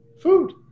food